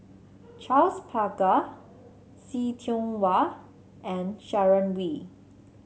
Charles Paglar See Tiong Wah and Sharon Wee